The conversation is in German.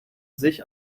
sich